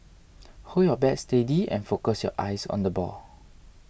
hold your bat steady and focus your eyes on the ball